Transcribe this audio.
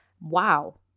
Wow